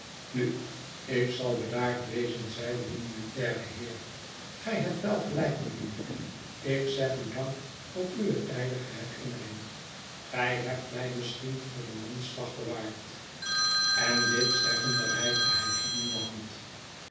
nu ik zal bedaard wezen zeide de militaire heer gij hebt gelijk mijnheer ik zeg u dank voor uwe tijdige herinnering gij hebt mij misschien voor een manslag bewaard en dit zeggende reikte hij cymon de hand